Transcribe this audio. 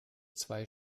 zwei